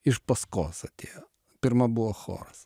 iš paskos atėjo pirma buvo choras